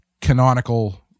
canonical